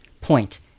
point